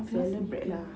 obviously [pe]